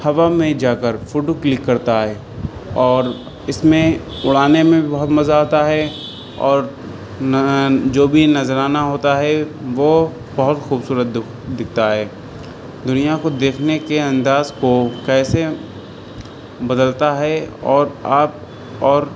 ہوا میں جا کر فوٹو کلک کرتا ہے اور اس میں اڑانے میں بھی بہت مزہ آتا ہے اور نہ جو بھی نذرانہ ہوتا ہے وہ بہت خوبصورت دکھ دکھتا ہے دنیا کو دیکھنے کے انداز کو کیسے بدلتا ہے اور آپ اور